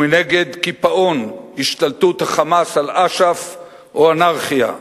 ומנגד קיפאון, השתלטות ה"חמאס" על אש"ף או אנרכיה.